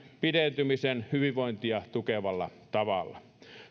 pidentymisen hyvinvointia tukevalla tavalla